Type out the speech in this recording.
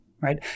right